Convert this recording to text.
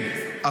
כן,